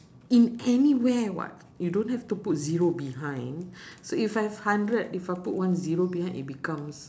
in anywhere [what] you don't have to put zero behind so if I have hundred if I put one zero behind it becomes